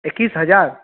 इक्कीस हज़ार